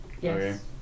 Yes